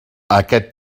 aquest